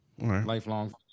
lifelong